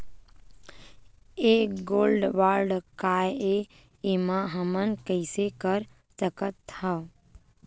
ये gold bond काय ए एमा हमन कइसे कर सकत हव?